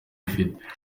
ifite